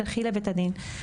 תלכי לבית הדין.